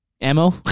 ammo